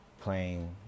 playing